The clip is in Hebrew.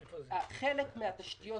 השאלה מה קרה בשנתיים